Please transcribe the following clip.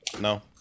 no